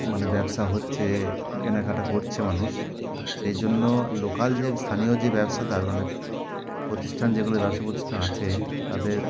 মানে ব্যবসা হচ্ছে কেনাকাটা করছে মানুষ সেই জন্য লোকাল যে স্থানীয় যে ব্যবসাদার মানে প্রতিষ্ঠান যেগুলো ব্যবসায়িক প্রতিষ্ঠান আছে তাদের